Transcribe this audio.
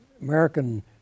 American